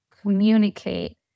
communicate